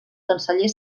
canceller